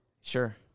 Sure